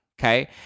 Okay